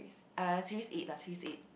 uh series eight lah series eight